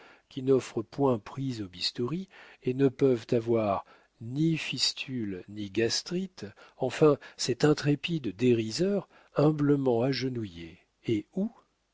qui n'offrent point prise aux bistouris et ne peuvent avoir ni fistules ni gastrites enfin cet intrépide dériseur humblement agenouillé et où